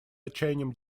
отчаянием